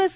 S